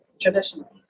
traditionally